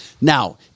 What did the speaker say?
Now